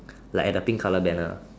like at the pink colour banner